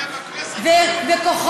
בכנסת.